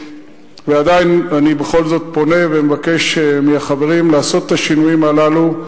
ועדיין אני בכל זאת פונה ומבקש מהחברים לעשות את השינויים הללו,